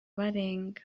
barenga